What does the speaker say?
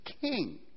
king